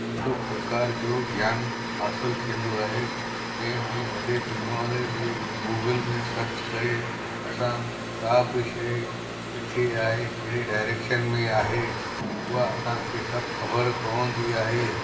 सभु प्रकार जो ज्ञान हासिलु थींदो आहे जंहिंमें वॾे पैमाने ते गूगल में सर्च करे असां का बि शइ किथे आहे कहिड़े डाएरेक्शन में आहे उहा असांखे सभु ख़बर पवंदी आहे